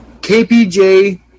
KPJ